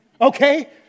okay